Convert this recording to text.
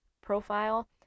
profile